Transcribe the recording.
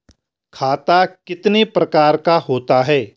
खाता कितने प्रकार का होता है?